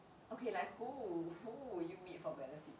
okay like who who would you meet for benefit